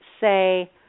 say